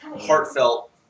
heartfelt